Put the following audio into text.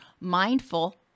mindful